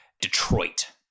Detroit